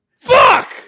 Fuck